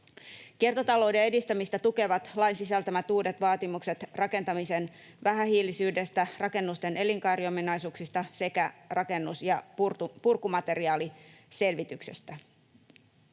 Kiertotalouden edistämistä tukevat lain sisältämät uudet vaatimukset rakentamisen vähähiilisyydestä, rakennusten elinkaariominaisuuksista sekä rakennus- ja purkumateriaaliselvityksestä